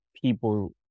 people